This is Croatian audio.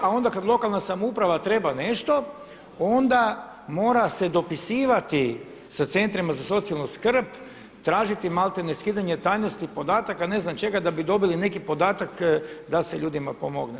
A onda kada lokalna samouprava treba nešto onda mora se dopisivati sa centrima za socijalnu skrb, tražiti malte ne skidanje tajnosti podataka ne znam čega da bi dobili neki podatak da se ljudima pomogne.